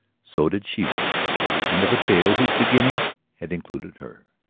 so did she wait for the end of a tale whose beginning had included her.